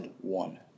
one